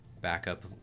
Backup